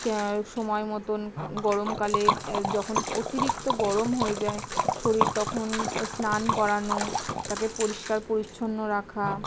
তো সময় মতন গরমকালে যখন অতিরিক্ত গরম হয়ে যায় শরীর তখন স্নান করানো তাকে পরিষ্কার পরিচ্ছন্ন রাখা